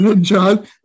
John